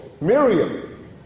Miriam